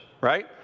Right